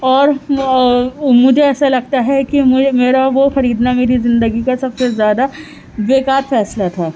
اور مجھے ایسا لگتا ہے کہ مجھے میرا وہ خریدنا میری زندگی کا سب سے زیادہ بیکار فیصلہ تھا